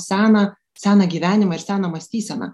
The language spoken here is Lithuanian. seną seną gyvenimą ir seną mąstyseną